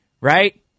right